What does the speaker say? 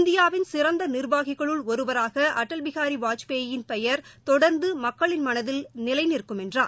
இந்தியாவின் சிறந்த நிர்வாகிகளுள் பிஹாரி ஒருவராக அடல் வாஜ்பேயின் பெயர் தொடர்ந்து மக்களின் மனதில் நிலை நிற்கும் என்றார்